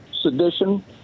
sedition